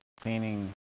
cleaning